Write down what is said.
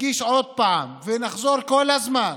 נדגיש עוד פעם ונחזור כל הזמן,